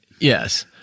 Yes